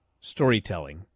storytelling